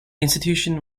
institution